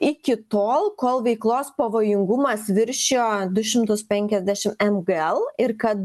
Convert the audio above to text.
iki tol kol veiklos pavojingumas viršijo du šimtus penkiasdešim mgl ir kad